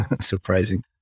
surprising